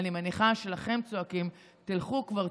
אני מניחה שלכם צועקים: תלכו כבר,